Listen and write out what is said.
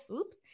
oops